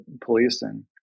policing